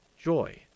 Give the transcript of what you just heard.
joy